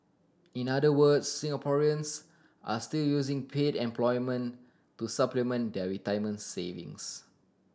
in other words Singaporeans are still using paid employment to supplement their retirement savings